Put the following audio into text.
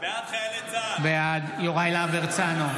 בעד יוראי להב הרצנו,